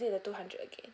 the two hundred again